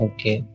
Okay